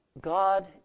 God